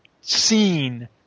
seen